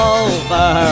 over